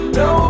no